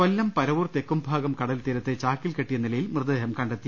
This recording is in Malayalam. കൊല്ലം പരവൂർ തെക്കുംഭാഗം കടൽ തീരത്ത് ചാക്കിൽ കെട്ടിയ നിലയിൽ മൃതദേഹം കണ്ടെത്തി